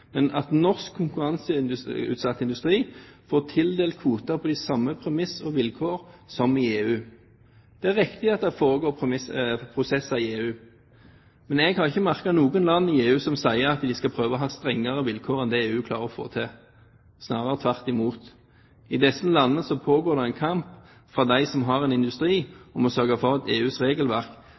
Men jeg har ikke merket at det er noen land i EU som sier at de skal prøve å ha strengere vilkår enn det EU klarer å få til, snarere tvert imot. I disse landene pågår det en kamp hos dem som har en industri, om å sørge for at EUs regelverk